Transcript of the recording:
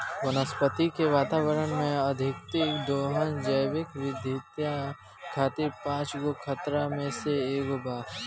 वनस्पति के वातावरण में, अत्यधिक दोहन जैविक विविधता खातिर पांच गो खतरा में से एगो बा